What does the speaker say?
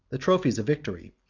the trophies of victory,